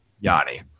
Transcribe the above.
Yanni